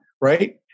right